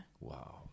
Wow